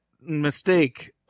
mistake